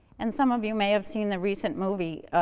and some of you may have seen the recent movie,